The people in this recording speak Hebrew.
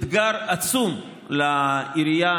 אתגר עצום לעירייה,